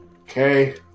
Okay